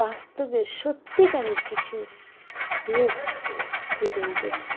বাস্তবের সত্যিকারের কিছু রূপ ফুটে উঠেছে